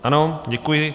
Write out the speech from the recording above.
Ano, děkuji.